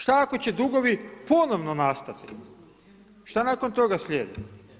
Šta ako će dugovi ponovno nastavi, šta nakon toga slijedi?